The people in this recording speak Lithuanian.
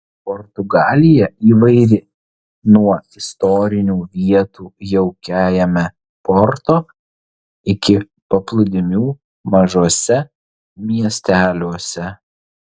portugalija įvairi nuo istorinių vietų jaukiajame porto iki paplūdimių mažuose miesteliuose